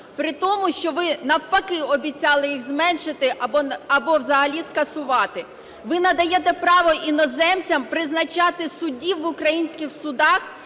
при тому що ви навпаки обіцяли їх зменшити або взагалі скасувати. Ви надаєте право іноземцям призначати суддів в українських судах